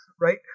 right